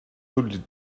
tout